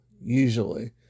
usually